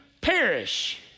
perish